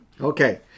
Okay